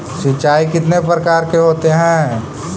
सिंचाई कितने प्रकार के होते हैं?